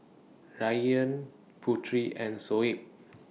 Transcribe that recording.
Ryan Putri and Shoaib